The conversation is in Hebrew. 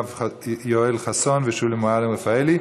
יואל חסון ושולי מועלם-רפאלי.